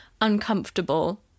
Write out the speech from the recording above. uncomfortable